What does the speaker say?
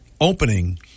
opening